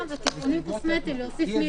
אלה תיקונים קוסמטיים, להוסיף מילים.